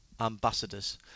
Ambassadors